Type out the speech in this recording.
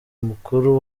mukuru